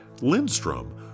Lindstrom